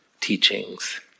teachings